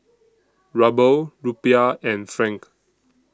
Ruble Rupiah and Franc